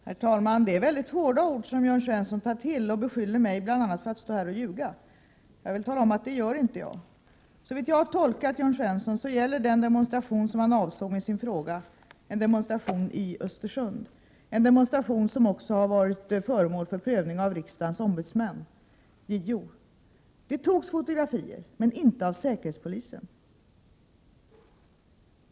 Herr talman! Det är mycket hårda ord som Jörn Svensson tar till. Han beskyller mig bl.a. för att stå här och ljuga. Jag vill tala om att jag inte gör det. Såvitt jag har tolkat Jörn Svensson rätt gäller den demonstration som han avsåg i sin fråga en demonstration i Östersund. Det är en demonstration som har varit föremål för prövning av riksdagens ombudsman, JO. Vid denna demonstration togs fotografier, men inte av säkerhetspolisen.